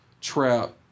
trap